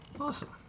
Awesome